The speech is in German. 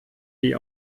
die